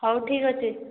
ହେଉ ଠିକ୍ ଅଛି